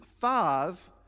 five